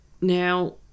Now